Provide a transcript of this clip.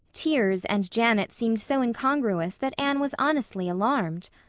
tears and janet seemed so incongruous that anne was honestly alarmed.